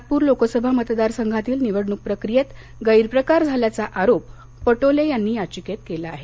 नागपूर लोकसभा मतदारसंघातील निवडणूक प्रक्रियेत गैरप्रकार झाल्याचा आरोप पटोले यांनी याचिकेत केला आहे